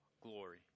glory